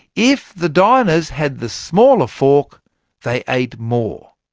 if the diners had the smaller fork they ate more,